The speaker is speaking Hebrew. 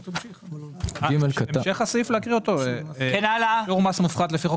אני מקריא את המשך הפסקה לפי חוק